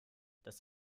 das